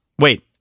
Wait